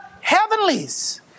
heavenlies